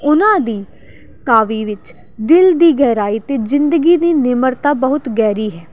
ਉਹਨਾਂ ਦੀ ਕਾਵਿ ਵਿੱਚ ਦਿਲ ਦੀ ਗਹਿਰਾਈ ਅਤੇ ਜ਼ਿੰਦਗੀ ਦੀ ਨਿਮਰਤਾ ਬਹੁਤ ਗਹਿਰੀ ਹੈ